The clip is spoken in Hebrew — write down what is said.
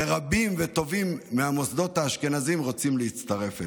ורבים וטובים מהמוסדות האשכנזיים רוצים להצטרף אלינו.